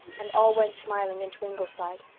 and all went smiling into ingleside.